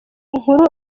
nkuru